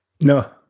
No